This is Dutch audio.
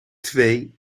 twee